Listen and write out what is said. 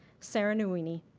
sara nouini,